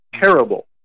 Terrible